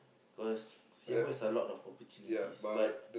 cause Singapore is a lot of opportunities but